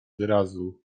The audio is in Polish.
wyrazu